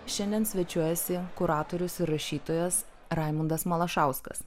šiandien svečiuojasi kuratorius ir rašytojas raimundas malašauskas